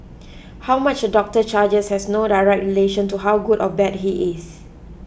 how much a doctor charges has no direct relation to how good or bad he is